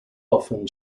often